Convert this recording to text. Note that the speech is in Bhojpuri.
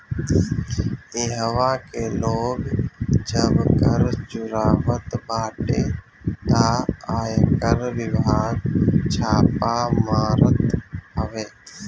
इहवा के लोग जब कर चुरावत बाटे तअ आयकर विभाग छापा मारत हवे